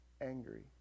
angry